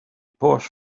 paused